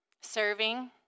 serving